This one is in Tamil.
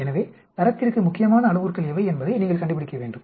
எனவே தரத்திற்கு முக்கியமான அளவுருக்கள் எவை என்பதை நீங்கள் கண்டுபிடிக்க வேண்டும்